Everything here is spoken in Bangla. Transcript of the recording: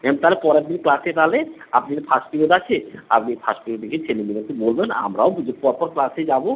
ম্যাম তাহলে পরের দিন ক্লাসে তালে আপনি তো ফার্স্ট পিরিয়ড আছে আপনি ফার্স্ট পিরিয়ডে গিয়ে ছেলেগুলোকে বলবেন আমরাও পরপর ক্লাসে যাবো